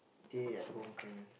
stay at home kind